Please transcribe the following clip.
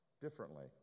differently